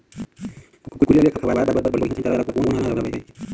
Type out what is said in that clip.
कुकरी ला खवाए बर बढीया चारा कोन हर हावे?